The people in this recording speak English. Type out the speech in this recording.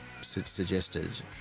suggested